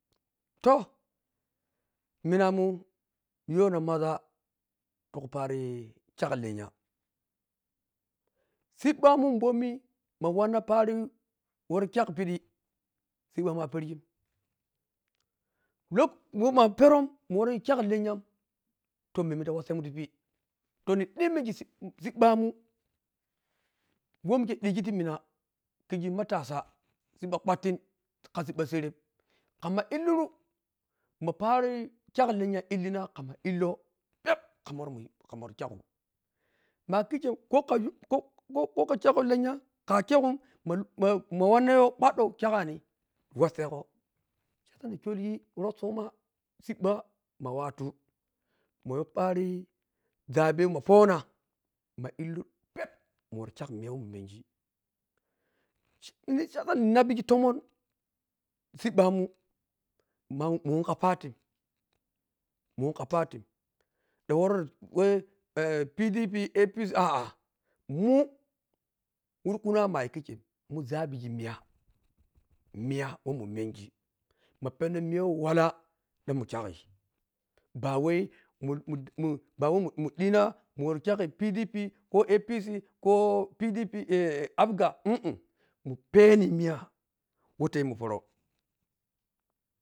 Toh minamun yiwaho maza tikhapari kyagi lennya sibbamun boni magha wanna wori pani kyag pedhi sibba mun a pargi lo woh ma perum muwori kyag lennyam to memme ta wasamun tipi to nhi dhimmigi siɓɓmun who mikhe dhigi timina matasa siɓɓa kwantin khama siɓɓsareh khamma liluru ma pari kyag lennya illina khamma illoh peep khamma muyi khamma kyagu ma’a khikhenk khokha kyag lennya kha-kyagum ma wanna kwandhou kyaghani wasagho siyasa ni kyolgi rhosoma sibba ma watu mayho pari ʒabe ma tona ma illlu peep ma woro kyag miya miya wah ma mengi siɓɓmun mwa mun wom kha party muwon kha party dhang wara wah papa. Ape “aa” mu wurkunawa muna yhigikkhum mun ʒabigi miya miya wah mun mengi ma penna moya wah walla dhan mun kyagi ba wai muri mu mu bawa au dhina kyagi pap ko apc ko pdp “aa” abga um mun pehni miya wah tayimun toro